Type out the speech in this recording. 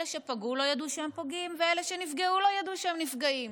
אלה שפגעו לא ידעו שהם פוגעים ואלה שנפגעו לא ידעו שהם נפגעים.